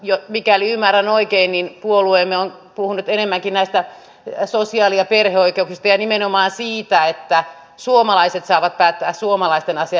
ja mikäli ymmärrän oikein niin puolueemme on puhunut enemmänkin näistä sosiaali ja perheoikeuksista ja nimenomaan siitä että suomalaiset saavat päättää suomalaisten asioista